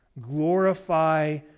glorify